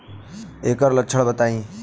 ऐकर लक्षण बताई?